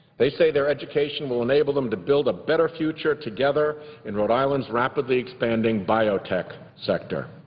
they say their education will enable them to build a better future together in rhode island's rapidly expanding biotech sector.